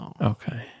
okay